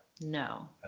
No